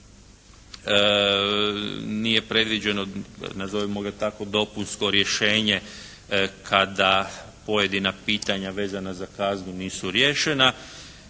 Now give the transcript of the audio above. nije predviđeno nazovimo ga tako dopunsko rješenje kada pojedina pitanja vezana za kaznu nisu riješena.